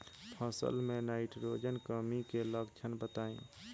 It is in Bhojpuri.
फसल में नाइट्रोजन कमी के लक्षण बताइ?